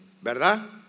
¿verdad